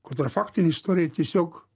kur tai yra faktinė istorija tiesiog